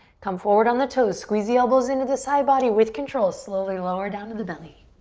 come forward on the toes, squeeze the elbows into the side body, with control. slowly lower down to the belly.